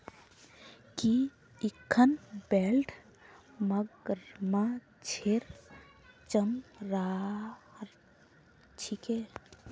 की इखन बेल्ट मगरमच्छेर चमरार छिके